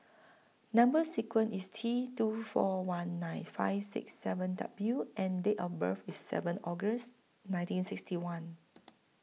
Number sequence IS T two four one nine five six seven W and Date of birth IS seven August nineteen sixty one